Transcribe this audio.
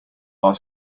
our